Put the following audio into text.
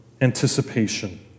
anticipation